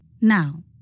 now